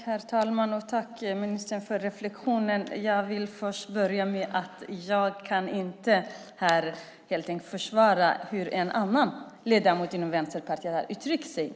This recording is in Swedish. Herr talman! Tack, ministern, för reflexionen. Jag kan inte här försvara hur en annan ledamot inom Vänsterpartiet har uttryckt sig.